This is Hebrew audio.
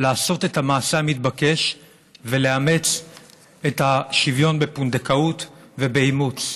לעשות את המעשה המתבקש ולאמץ את השוויון בפונדקאות ובאימוץ.